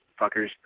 fuckers